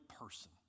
person